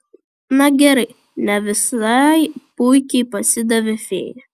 na gerai ne visai puikiai pasidavė fėja